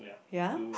ya